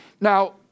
Now